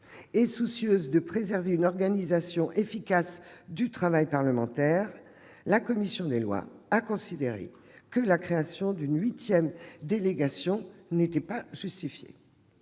et soucieuse de préserver une organisation efficace du travail parlementaire, la commission des lois a considéré que la création d'une huitième délégation n'était pas justifiée.